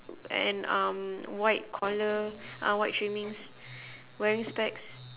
and um white collar uh white trimmings wearing specs